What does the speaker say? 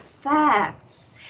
facts